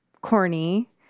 corny